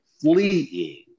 fleeing